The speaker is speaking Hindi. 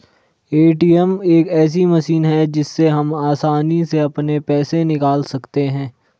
ए.टी.एम एक ऐसी मशीन है जिससे हम आसानी से अपने पैसे निकाल सकते हैं